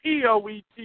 Poet